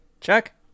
Check